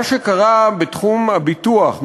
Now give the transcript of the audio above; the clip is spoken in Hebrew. מה שקרה בתחום הביטוח,